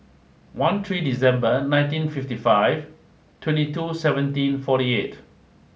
one three December nineteen fifty five twenty two seventeen forty eight